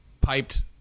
piped